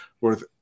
worth